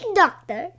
doctor